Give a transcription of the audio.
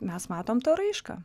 mes matom tą raišką